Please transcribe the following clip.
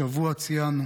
השבוע ציינו,